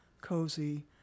cozy